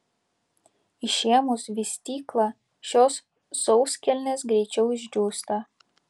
išėmus vystyklą šios sauskelnės greičiau išdžiūsta